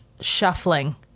shuffling